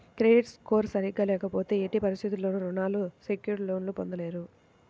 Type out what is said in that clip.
credit score సరిగ్గా లేకపోతే ఎట్టి పరిస్థితుల్లోనూ రుణాలు సెక్యూర్డ్ లోన్లు పొందలేరు